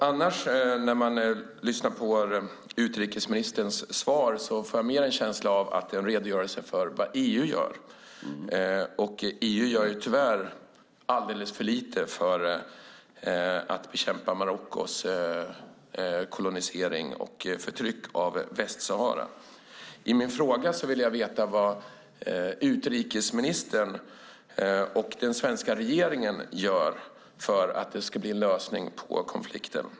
Annars när jag lyssnar på utrikesministerns svar får jag mer en känsla av att det är en redogörelse för vad EU gör, och EU gör tyvärr alldeles för lite för att bekämpa Marockos kolonisering och förtryck av Västsahara. I min interpellation frågar jag vad utrikesministern och den svenska regeringen gör för att det ska bli en lösning på konflikten.